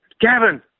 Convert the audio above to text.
Gavin